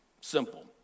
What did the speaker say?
Simple